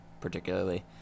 particularly